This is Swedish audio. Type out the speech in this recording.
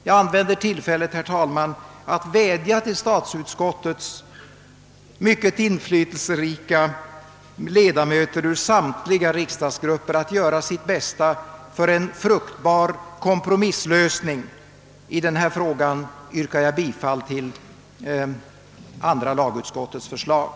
Jag använder tillfället, herr talman, att vädja till statsutskottets mycket inflytelserika ledamöter ur samtliga riksdagsgrupper att göra sitt bästa för en fruktbar kompromisslösning. I denna fråga yrkar jag bifall till andra lagutskottets hemställan.